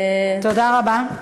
תודה רבה.